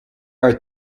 are